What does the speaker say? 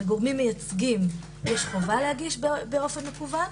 גורמים מייצגים יש חובה להגיש באופן מקוון,